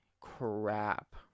crap